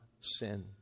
sin